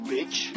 Bitch